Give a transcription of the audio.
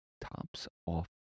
tops-off